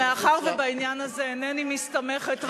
מאחר שבעניין הזה אינני מסתמכת רק על התקשורת,